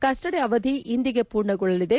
ಕಸ್ವಡಿ ಅವಧಿ ಇಂದಿಗೆ ಮೂರ್ಣಗೊಳ್ಳಲಿದೆ